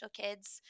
kids